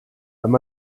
allem